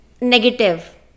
negative